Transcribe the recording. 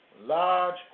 large